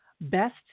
best